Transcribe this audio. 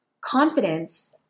Confidence